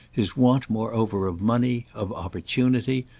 his want moreover of money, of opportunity,